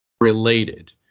related